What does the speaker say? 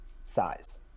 size